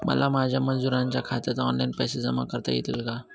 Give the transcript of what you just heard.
मला माझ्या मजुरांच्या खात्यात ऑनलाइन पैसे जमा करता येतील का?